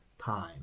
time